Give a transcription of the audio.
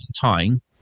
time